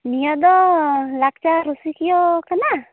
ᱱᱤᱭᱟᱹ ᱫᱚ ᱞᱟᱠᱪᱟᱨ ᱨᱩᱥᱤᱠᱤᱭᱟᱹ ᱠᱟᱱᱟ